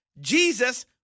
Jesus